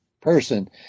person